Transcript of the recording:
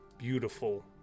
beautiful